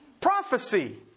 prophecy